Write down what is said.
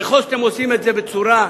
ככל שאתם עושים את זה בצורה,